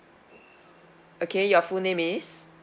okay your full name is